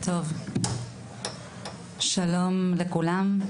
שלום לכולם,